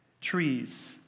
Trees